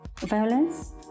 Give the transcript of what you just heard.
violence